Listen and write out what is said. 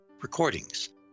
recordings